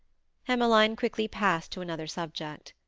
emmeline quickly passed to another subject.